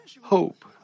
hope